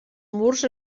murs